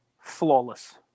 flawless